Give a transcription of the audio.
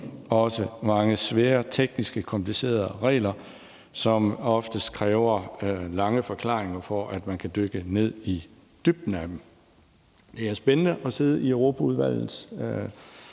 også mange svære, tekniske og komplicerede regler, som oftest kræver lange forklaringer, for at man kan dykke ned i dybden af dem. Det er spændende at sidde i Europaudvalget.